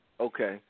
Okay